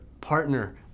partner